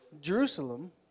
Jerusalem